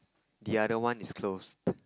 the other one is closed